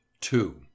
Two